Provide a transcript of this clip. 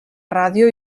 ràdio